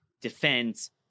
defense